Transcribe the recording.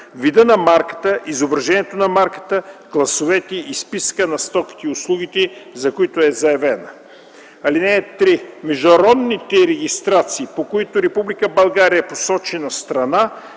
вида на марката, изображението на марката, класовете и списъка на стоките и услугите, за които е заявена. (3) Международните регистрации, по които Република България е посочена страна,